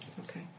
Okay